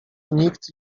nikt